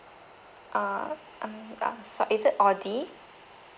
uh I'm s~ I'm so is it audi